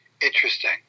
Interesting